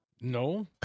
No